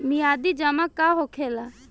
मियादी जमा का होखेला?